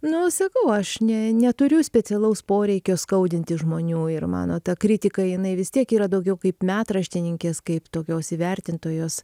nu sakau aš ne neturiu specialaus poreikio skaudinti žmonių ir mano ta kritika jinai vis tiek yra daugiau kaip metraštininkės kaip tokios įvertintojos